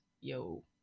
yo